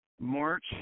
March